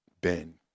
ben